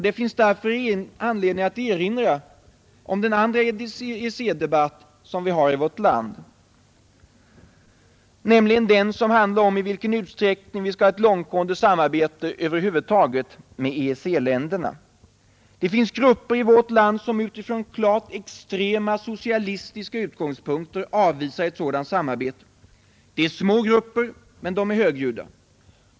Det finns därför anledning erinra om den andra EEC-debatt som vi har i vårt land, den om i vilken utsträckning vi skall ha ett långtgående samarbete över huvud taget med EEC-länderna. Det finns grupper i vårt land som utifrån extrema socialistiska utgångspunkter avvisar ett sådant samarbete. Dessa grupper är små men högljudda.